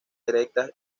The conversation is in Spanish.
erectas